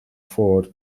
for